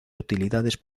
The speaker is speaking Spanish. utilidades